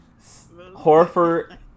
horford